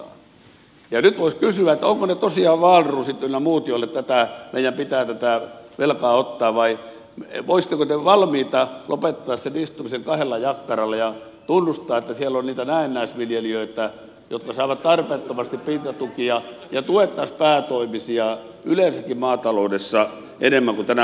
ovatko ne tosiaan wahlroosit ynnä muut joille meidän pitää tätä velkaa ottaa vai voisitteko te olla valmiita lopettamaan sen istumisen kahdella jakkaralla ja tunnustaa että siellä on niitä näennäisviljelijöitä jotka saavat tarpeettomasti hintatukia ja tuettaisiin päätoimisia yleensäkin maataloudessa enemmän kuin tänä päivänä tehdään